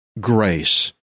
grace